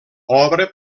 obra